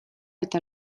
eta